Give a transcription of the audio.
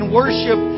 worship